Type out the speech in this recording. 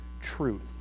truth